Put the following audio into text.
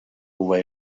away